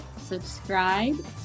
subscribe